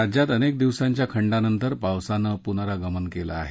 राज्यात अनेक दिवसांच्या खंडानंतर पावसानं पुनरागमन केलं आहे